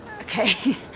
Okay